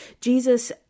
Jesus